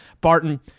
Barton